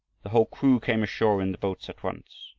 the whole crew came ashore in the boats at once.